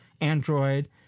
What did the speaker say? Android